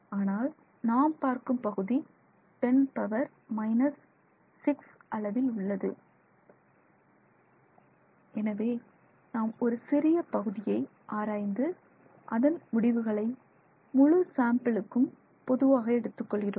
ஆனால் நாம் பார்க்கும் பகுதி 10 பவர் 6 அளவில் உள்ளது எனவே நாம் ஒரு சிறிய பகுதியை ஆராய்ந்து அதன் முடிவுகளை முழு சாம்பிளுக்கும் பொதுவாக எடுத்துக் கொள்கிறோம்